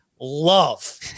love